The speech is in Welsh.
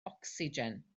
ocsigen